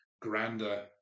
grander